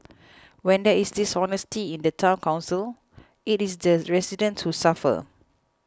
when there is dishonesty in the Town Council it is the residents who suffer